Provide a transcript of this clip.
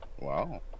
Wow